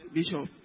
Bishop